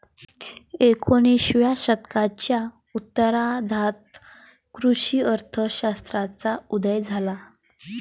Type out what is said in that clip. एकोणिसाव्या शतकाच्या उत्तरार्धात कृषी अर्थ शास्त्राचा उदय झाला